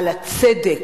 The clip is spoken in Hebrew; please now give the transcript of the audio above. על הצדק,